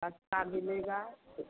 सस्ती मिलेगी